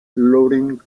lawrence